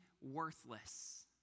worthless